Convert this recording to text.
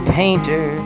painter